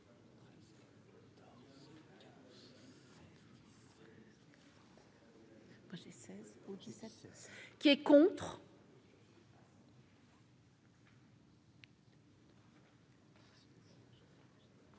qui est contre.